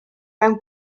mewn